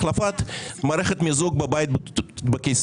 החלפת מערכת המיזוג בבית בקיסריה,